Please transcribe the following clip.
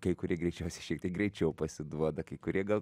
kai kurie greičiausiai šiek tiek greičiau pasiduoda kai kurie gal